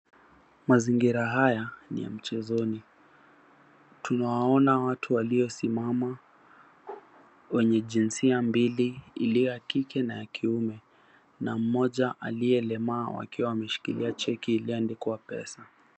Mazingira haya ni ya mchezoni, tunawaona watu waliosimama wenye jinsia mbili iliyo ya kike na ya kiume na mmoja aliyelemaa wakiwa wameshikilia cheki iliyoandikwa pesa.